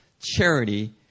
Charity